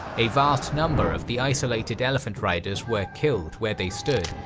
a vast number of the isolated elephant-riders were killed where they stood,